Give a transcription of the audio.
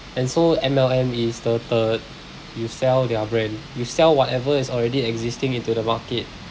and so M_L_M is the third you sell their brand you sell whatever is already existing into the market